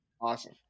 Awesome